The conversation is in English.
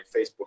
Facebook